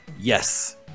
Yes